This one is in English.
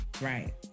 right